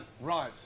Right